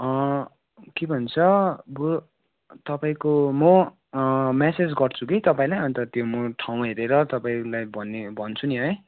के भन्छ अब तपाईँको म म्यासेज गर्छु कि तपाईँलाई अन्त त्यो म ठाउँ हेरेर तपाईँलाई भन्ने भन्छु नि है